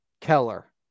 Keller